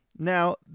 Now